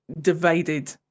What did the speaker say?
divided